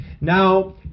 Now